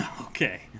okay